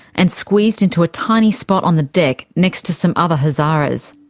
and squeezed into a tiny spot on the deck next to some other hazaras.